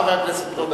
חבר הכנסת רותם,